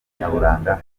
nyaburanga